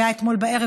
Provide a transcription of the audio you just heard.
היה אתמול בערב,